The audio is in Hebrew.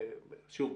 שוב,